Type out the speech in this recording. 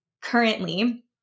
Currently